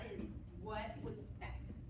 what was spent.